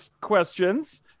questions